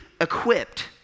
equipped